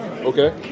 Okay